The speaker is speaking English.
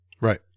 Right